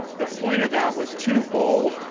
the point of that was twofold.